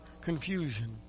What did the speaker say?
confusion